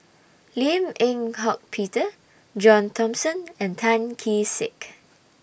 Lim Eng Hock Peter John Thomson and Tan Kee Sek